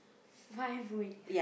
~five weeks